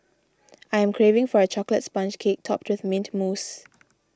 I am craving for a Chocolate Sponge Cake Topped with Mint Mousse